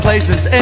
Places